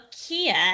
kia